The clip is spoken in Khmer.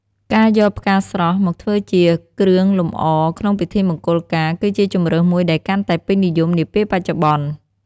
ការយកផ្កាស្រស់ មកធ្វើជាគ្រឿងលម្អក្នុងពិធីមង្គលការ គឺជាជម្រើសមួយដែលកាន់តែពេញនិយមនាពេលបច្ចុប្បន្ន ។